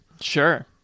Sure